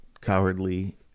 cowardly